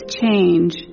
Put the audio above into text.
change